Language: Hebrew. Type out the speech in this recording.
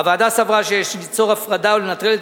הוועדה סברה שיש ליצור הפרדה ולנטרל את